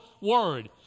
word